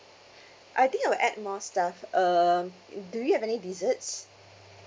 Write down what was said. I think I'll add more stuff uh you do you have any desserts